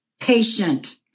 patient